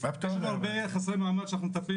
יש לנו הרבה חסרי מעמד שאנחנו מטפלים